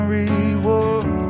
reward